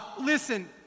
listen